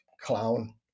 clown